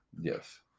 Yes